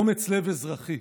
אומץ לב אזרחי.